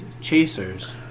chasers